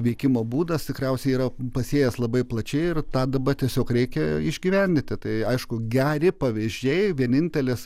veikimo būdas tikriausiai yra pasėjęs labai plačiai ir tad dabar tiesiog reikia išgyvendinti tai aišku geri pavyzdžiai vienintelis